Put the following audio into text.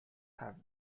have